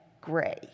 gray